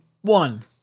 one